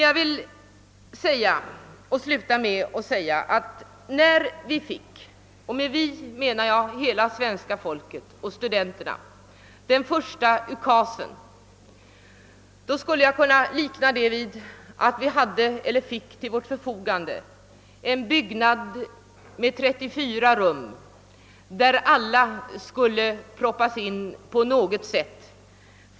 Jag vill avslutningsvis säga att den första »UKAS:en» gav svenska folket och studenterna något som jag skulle kunna likna vid en byggnad med 34 rum, där alla universitetsstuderande på något sätt skulle proppas in.